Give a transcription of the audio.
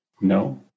No